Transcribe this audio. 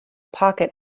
pocket